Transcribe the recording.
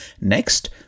Next